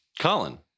Colin